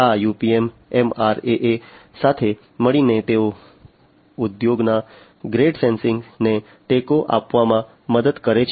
આ UPM MRAA સાથે મળીને તેઓ ઉદ્યોગના ગ્રેડ સેન્સિંગને ટેકો આપવામાં મદદ કરે છે